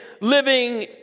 living